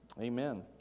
Amen